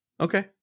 Okay